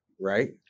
right